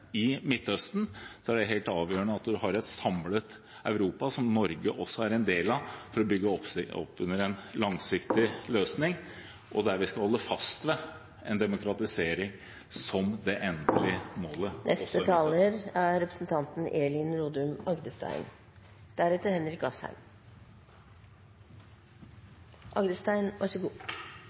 i Midtøsten, er det helt avgjørende at man har et samlet Europa, som også Norge er en del av, for å bygge opp under en langsiktig løsning, og der vi skal holde fast ved en demokratisering som det endelige målet, også i Midtøsten. Det er